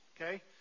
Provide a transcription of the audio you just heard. Okay